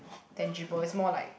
tangible is more like